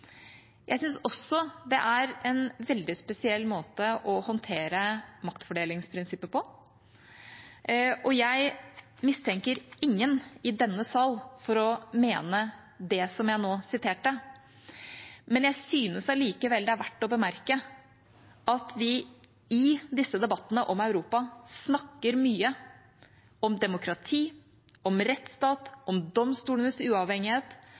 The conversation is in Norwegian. Jeg synes også det er en veldig spesiell måte å håndtere maktfordelingsprinsippet på. Jeg mistenker ingen i denne sal for å mene det som jeg nå siterte, men jeg synes allikevel det er verdt å bemerke at vi i disse debattene om Europa snakker mye om demokrati, om rettsstat, om domstolenes uavhengighet,